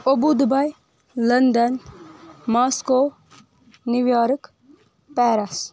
اوٚبو Dubai London Moscow New York Paris